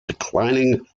declining